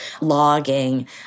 logging